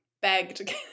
begged